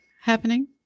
happening